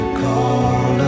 call